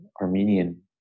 Armenian